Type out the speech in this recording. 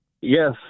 Yes